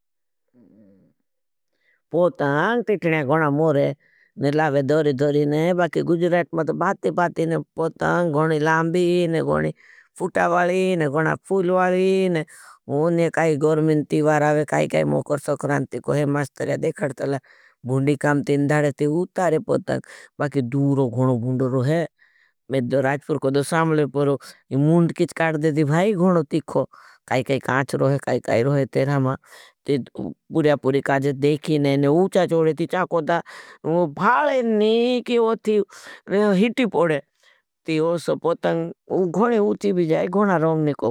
पोतंग तीटने गणा मोरे, निलावे धोरी धोरी ने, बाकि गुज़राट में तो बाती बाती ने, पोतंग गणा लामभी ने, गणा फूटा वाली ने। गणा फूल वाली ने, वोने काई गर्मिनती वारावे, काई-काई मोकर सक्रांती को है। मास्तर्या देखार तला, में दो राजपुर को दो सामले परो। मुण्ड किछ काट देधी, भाई गणो तीखो, काई-काई काच रोहे, काई-काई रोहे तेरा मा, ती बुर्यापुरी काजे देखी ने। ने उच्छा चोड़े, ती चाकोदा, भाले ने, कि वो थी हिटी पोड़े, ती हो सो पोतंग वो गोड़े उठी भी जाए, गोड़ा रोहने को।